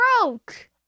broke